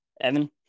Evan